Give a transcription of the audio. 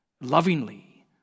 lovingly